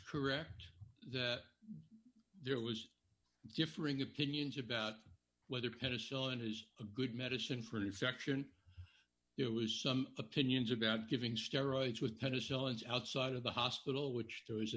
correct that there was differing opinions about whether penicillin is a good medicine for instruction there was some opinions about giving steroids with penicillins outside of the hospital which there was a